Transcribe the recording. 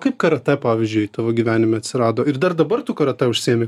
kaip karatė pavyzdžiui tavo gyvenime atsirado ir dar dabar tu karatė užsiimi